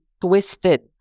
twisted